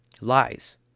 Lies